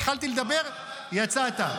התחלתי לדבר, יצאת.